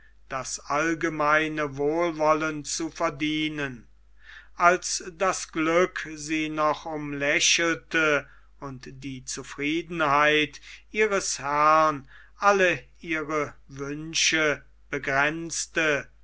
das allgemeine wohlwollen zu verdienen als das glück sie noch umlächelte und die zufriedenheit ihres herrn alle ihre wünsche begrenzte